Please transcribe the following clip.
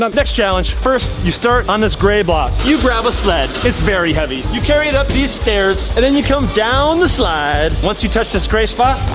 next challenge, first you start on this gray block, you grab a sled, it's very heavy, you carry it up these stairs and then you come down the slide. once you touch this gray spot,